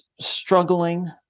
Struggling